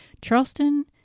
Charleston